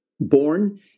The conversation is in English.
born